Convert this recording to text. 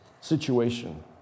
situation